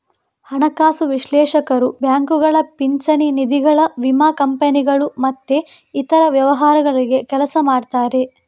ಹಣಕಾಸು ವಿಶ್ಲೇಷಕರು ಬ್ಯಾಂಕುಗಳು, ಪಿಂಚಣಿ ನಿಧಿಗಳು, ವಿಮಾ ಕಂಪನಿಗಳು ಮತ್ತೆ ಇತರ ವ್ಯವಹಾರಗಳಲ್ಲಿ ಕೆಲಸ ಮಾಡ್ತಾರೆ